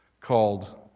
called